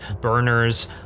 burners